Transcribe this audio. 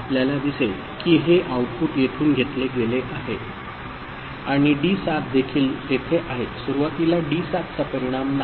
आपल्याला दिसेल की हे आऊटपुट येथून घेतले गेले आहे आणि D7 देखील तेथे आहे सुरवातीला D7 चा परिणाम नाही